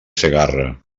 segarra